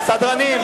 סדרנים.